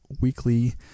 weekly